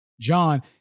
John